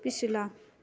ਪਿਛਲਾ